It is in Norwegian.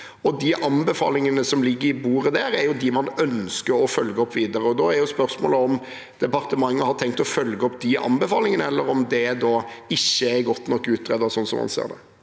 de anbefalingene som ligger på bordet der, er dem man ønsker å følge opp videre. Da er spørsmålet om departementet har tenkt å følge opp de anbefalingene, eller om det ikke er godt nok utredet, slik man ser det.